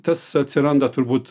tas atsiranda turbūt